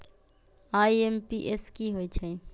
IMPS की होईछइ?